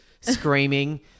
Screaming